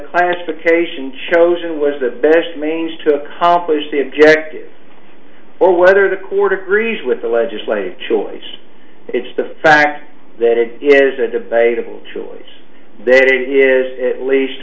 classification chosen was the best mange to accomplish the objective or whether the court agrees with the legislative choice it's the fact that it is a debatable choice that it is at least